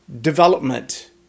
development